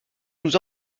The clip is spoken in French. nous